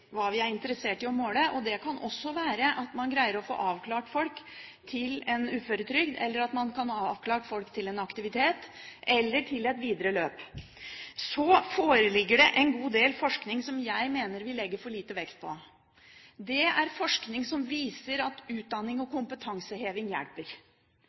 er interessert i å måle. Det kan også være at man greier å få avklart om folk skal på uføretrygd, eller få avklart aktivitet eller et videre løp. Det foreligger en god del forskning som jeg mener vi legger for lite vekt på. Det er forskning som viser at utdanning og kompetanseheving hjelper.